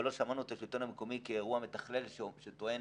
אבל לא שמענו את השלטון המקומי כמתכלל של האירוע שטוען: